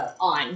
on